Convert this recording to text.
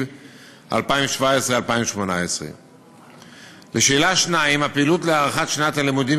2017 2018. 2. הפעילות להארכת שנת הלימודים,